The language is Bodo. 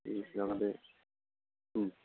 देह जागोन दे